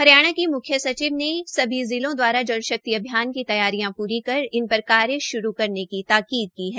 हरियाणा की मुख्य सचिव ने सभी जिलों दवारा जल शक्ति अभियान की तैयारियां पूरी कर इन पर कार्य श्रू करने की ताकीद की है